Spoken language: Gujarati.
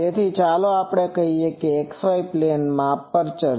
તેથી ચાલો આપણે કહીએ કે x y પ્લેન માં એપ્રેચર છે